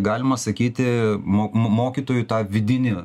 galima sakyti mo mokytojų tą vidinį